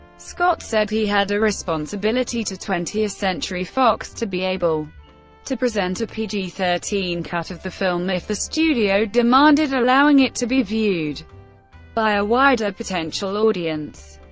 scott said he had a responsibility to twentieth century fox to be able to present a pg thirteen cut of the film if the studio demanded, allowing it to be viewed by a wider potential audience.